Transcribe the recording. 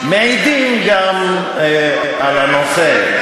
מעידים גם על הנושא,